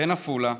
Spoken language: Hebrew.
בן עפולה,